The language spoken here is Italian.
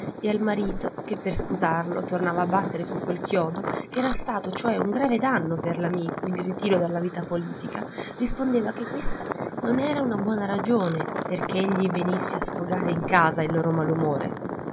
e al marito che per scusarlo tornava a battere su quel chiodo ch'era stato cioè un grave danno per l'amico il ritiro dalla vita politica rispondeva che questa non era una buona ragione pèrché egli venisse a sfogare in casa loro il malumore